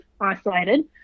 isolated